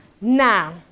Now